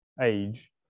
age